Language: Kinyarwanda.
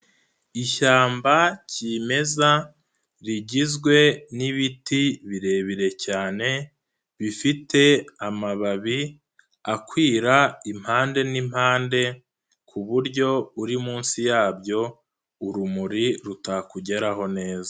Ishyamba kimeza rigizwe n'ibiti birebire cyane bifite amababi akwira impande n'impande ku buryo uri munsi yabyo urumuri rutakugeraho neza.